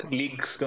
leagues